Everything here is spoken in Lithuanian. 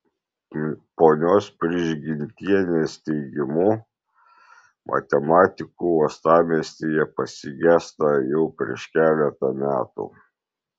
ponios prižgintienės teigimu matematikų uostamiestyje pasigesta jau prieš keletą metų